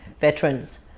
veterans